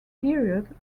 period